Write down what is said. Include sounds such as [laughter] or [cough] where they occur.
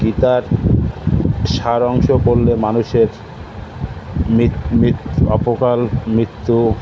গীতার সারাংশ পড়লে মানুষের [unintelligible] অপকাল মৃত্যু